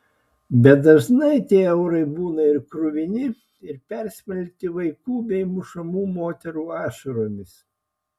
bet dažnai tie eurai būna ir kruvini ir persmelkti vaikų bei mušamų moterų ašaromis